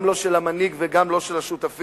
גם לא של המנהיג וגם לא של השותפים.